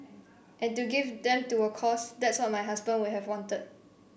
and to give them to a cause that's what my husband would have wanted